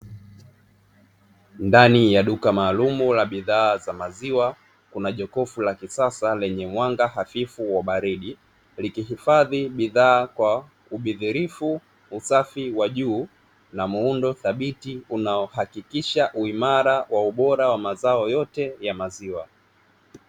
Ndani ya duka maalumu la bidhaa za maziwa kuna jokofu la kisasa lenye mwanga hafifu wa baridi likihifadhi bidhaa kwa ubidhirifu, usafi wa juu na muundo thabiti unao hakikisha uimara wa ubora wa mazao yote ya maziwa.